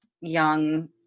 young